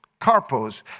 Carpos